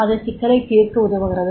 அது சிக்கலைத் தீர்க்க உதவுகிறது